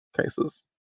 cases